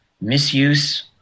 misuse